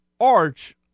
Arch